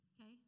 okay